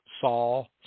Saul